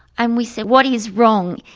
and we said, what is wrong?